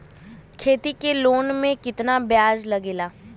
खेती के लोन में कितना ब्याज लगेला?